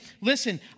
Listen